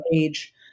age